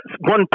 one